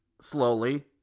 Slowly